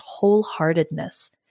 wholeheartedness